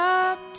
up